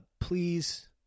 Please